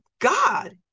God